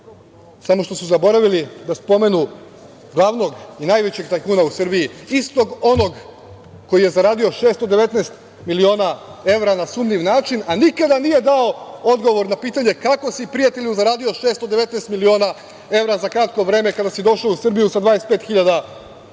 Samo što su zaboravili da spomenu glavnog i najvećeg tajkuna u Srbiji, istog onog koji je zaradio 619 miliona evra na sumnjiv način, a nikada nije dao odgovor na pitanje kako si, prijatelju, zaradio 619 miliona evra za kratko vreme kada si došao u Srbiju sa 25 hiljada